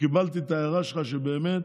קיבלתי את ההערה שלך שבאמת